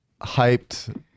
hyped